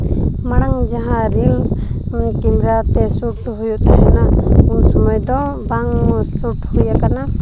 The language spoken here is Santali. ᱢᱟᱲᱟᱝ ᱡᱟᱦᱟᱸ ᱨᱤᱞ ᱠᱮᱢᱨᱟ ᱛᱮ ᱥᱩᱴ ᱦᱩᱭᱩᱜ ᱛᱟᱦᱮᱱᱟ ᱩᱱ ᱥᱚᱢᱚᱭ ᱫᱚ ᱵᱟᱝ ᱥᱩᱴ ᱦᱩᱭ ᱠᱟᱱᱟ